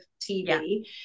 TV